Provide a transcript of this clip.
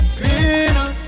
cleaner